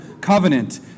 covenant